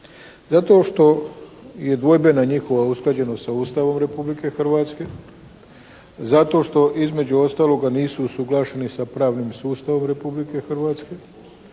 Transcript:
Zato što je dvojbena njihova usklađenost sa Ustavom Republike Hrvatske. Zato što između ostaloga nisu usuglašeni sa pravnim sustavom Republike Hrvatske